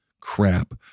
crap